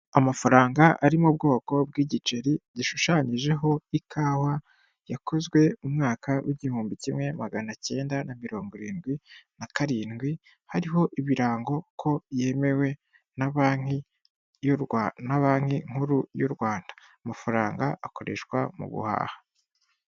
Amafaranga ari mu bwoko bw'igiceri gishushanyijeho ikawa, yakozwe umwaka w'igihumbi kimwe magana cyenda na mirongo irindwi na karindwi, hariho ibirango ko yemewe na banki nkuru y'u Rwanda amafaranga akoreshwa mu guhaha.